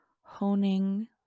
honing